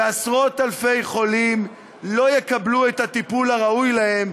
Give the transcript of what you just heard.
ועשרות-אלפי חולים לא יקבלו את הטיפול הראוי להם,